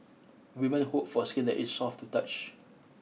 women hope for skin that is soft to touch